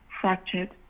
fractured